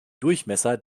durchmesser